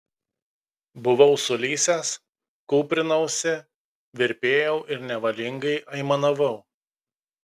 buvau sulysęs kūprinausi virpėjau ir nevalingai aimanavau